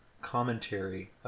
commentary